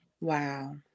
Wow